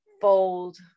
Fold